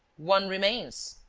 one remains.